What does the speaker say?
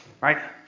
Right